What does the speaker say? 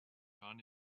found